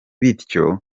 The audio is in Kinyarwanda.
bityo